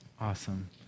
Awesome